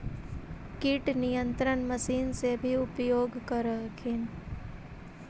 किट नियन्त्रण मशिन से भी उपयोग कर हखिन?